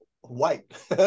white